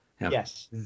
Yes